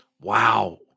wow